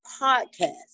podcast